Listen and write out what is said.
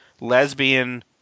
lesbian